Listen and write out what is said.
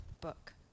book